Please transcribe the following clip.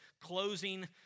closing